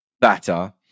batter